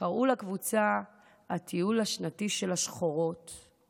וקראו לקבוצה "הטיול השנתי של השחורות";